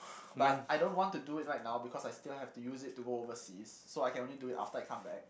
but I don't want to do it right now because I still have to use it to go overseas so I can only do it after I come back